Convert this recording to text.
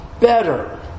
better